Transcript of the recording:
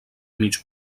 mig